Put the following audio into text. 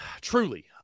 truly